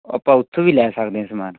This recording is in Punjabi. ਆਪਾਂ ਉੱਥੋਂ ਵੀ ਲੈ ਸਕਦੇ ਹਾਂ ਸਮਾਨ